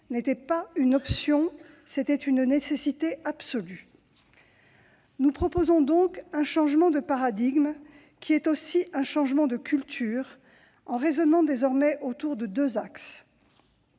n'était pas une option, c'était une nécessité absolue. Nous proposons donc un changement de paradigme, qui est aussi un changement de culture, en raisonnant désormais autour de deux axes